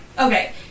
Okay